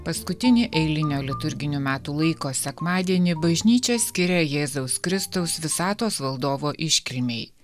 paskutinį eilinio liturginių metų laiko sekmadienį bažnyčia skiria jėzaus kristaus visatos valdovo iškilmei